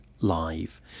live